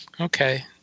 Okay